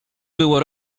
było